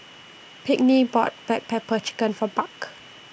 Pinkney bought Black Pepper Chicken For Buck